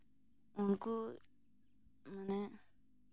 ᱩᱱᱠᱩ ᱢᱟᱱᱮ